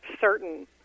certain